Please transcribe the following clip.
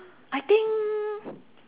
I think